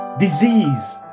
disease